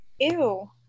Ew